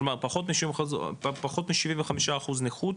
כלומר פחות מ-75 אחוז נכות,